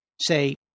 say